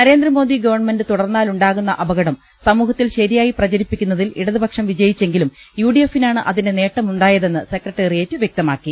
Narendra Modi government തുടർന്നാലുണ്ടാകുന്ന അപകടം സമൂഹത്തിൽ ശരിയായി പ്രചരിപ്പിക്കുന്നതിൽ ഇടതുപക്ഷം വിജ യിച്ചെങ്കിലും യുഡിഎഫിനാണ് അതിന്റെ നേട്ടമുണ്ടായതെന്ന് സെക്രട്ടറിയറ്റ് വ്യക്തമാക്കി